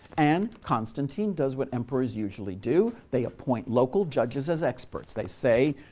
and constantine does what emperors usually do, they appoint local judges as experts. they say,